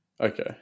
Okay